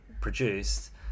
produced